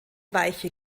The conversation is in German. weiche